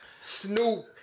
Snoop